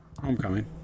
homecoming